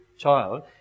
child